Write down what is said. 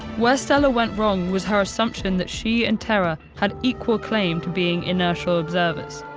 where stella went wrong was her assumption that she and terra had equal claim to being inertial observers.